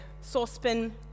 saucepan